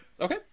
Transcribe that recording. Okay